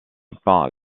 peint